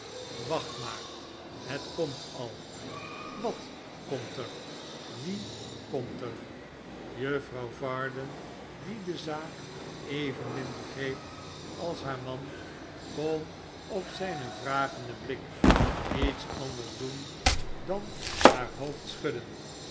wacht maar het komt al wat komt er wie komt er juffrouw varden die de zaak evenmin begreep als haar man kon op zijn vragenden blik niets anders doen dan haar hoofd schudden